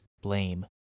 Blame